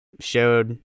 showed